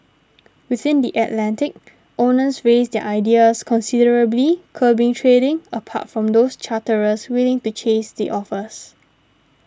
within the Atlantic owners raised their ideas considerably curbing trading apart from those charterers willing to chase the offers